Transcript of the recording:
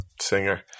singer